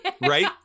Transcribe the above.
right